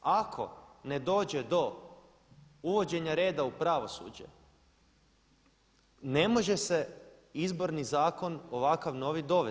Ako ne dođe do uvođenja reda u pravosuđe ne može se Izborni zakon ovakav novi dovesti.